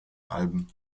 alben